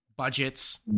Budgets